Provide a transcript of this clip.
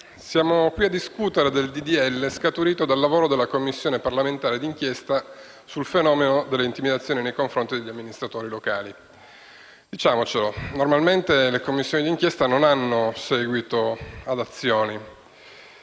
siamo qui a discutere il disegno di legge scaturito dal lavoro della Commissione parlamentare di inchiesta sul fenomeno delle intimidazioni nei confronti degli amministratori locali. Diciamocelo: normalmente le Commissioni d'inchiesta non danno seguito ad azioni